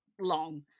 long